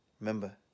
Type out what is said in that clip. Remember